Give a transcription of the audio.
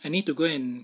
I need to go and